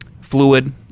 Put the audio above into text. fluid